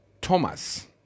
Thomas